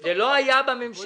זה לא היה בממשלתי.